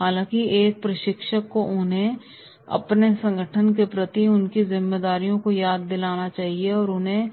हालाँकि एक प्रशिक्षक को उन्हें अपने संगठन के प्रति उनकी जिम्मेदारियों को याद दिलाना चाहिए और उन्हें